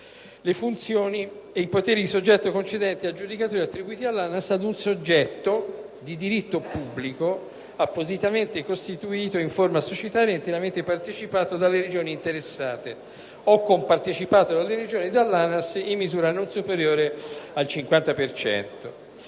le funzioni e i poteri di soggetto concedente ed aggiudicatore attribuiti all'ANAS ad un soggetto di diritto pubblico appositamente costituito in forma societaria e interamente partecipato dalle Regioni interessate o compartecipato dalle Regioni e dall'ANAS in misura non superiore al 50